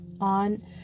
on